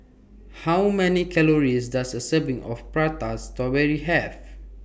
How Many Calories Does A Serving of Prata Strawberry Have